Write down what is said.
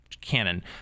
canon